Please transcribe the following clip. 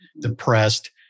depressed